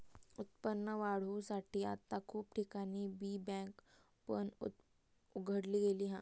उत्पन्न वाढवुसाठी आता खूप ठिकाणी बी बँक पण उघडली गेली हा